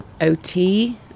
OT